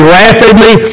rapidly